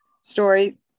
story